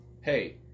hey